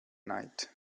night